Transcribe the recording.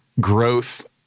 growth